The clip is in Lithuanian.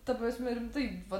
ta prasme rimtai va